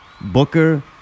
Booker